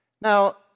Now